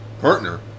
Partner